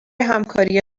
همکاری